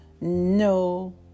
no